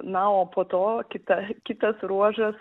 na o po to kita kitas ruožas